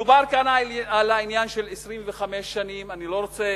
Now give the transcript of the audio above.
דובר כאן על העניין של 25 שנים, אני לא רוצה